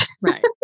right